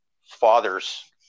fathers